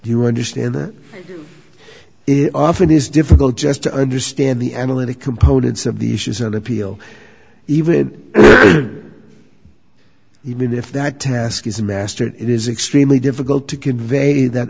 you understand it often is difficult just to understand the analytic components of the issues on appeal even even if that task is mastered it is extremely difficult to convey that